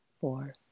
four